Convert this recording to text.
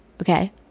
okay